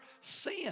sin